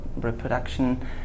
reproduction